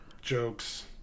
jokes